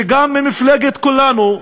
וגם ממפלגת כולנו,